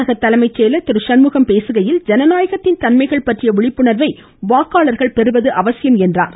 தமிழக தலைமைச் செயலர் திருசண்முகம் பேசுகையில் ஜனநாயகத்தின் தன்மைகள் பற்றிய விழிப்புணர்வை வாக்காளர்கள் பெறுவது அவசியம் என்றார்